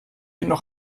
noch